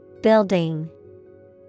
Building